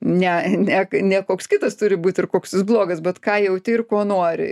ne ne ne koks kitas turi būt ir koks jis blogas bet ką jauti ir ko nori